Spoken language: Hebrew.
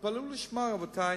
ותתפלאו לשמוע, רבותי,